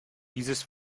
dieses